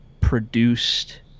produced